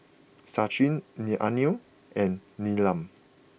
Sachin Lee Anil and Neelam